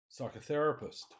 psychotherapist